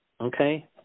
Okay